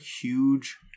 huge